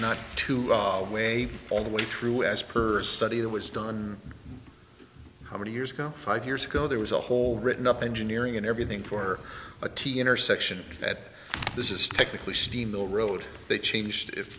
not two way all the way through as per the study that was done how many years ago five years ago there was a whole written up engineering and everything for a t intersection that this is technically steam the road they changed i